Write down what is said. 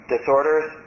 Disorders